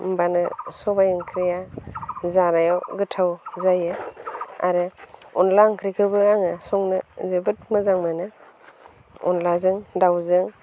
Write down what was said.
होनबानो सबाय ओंख्रिया जानायाव गोथाव जायो आरो अनला ओंख्रिखौबो आङो संनो जोबोद मोजां मोनो अनलाजों दाउजों